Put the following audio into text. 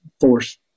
force